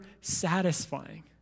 satisfying